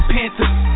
Panthers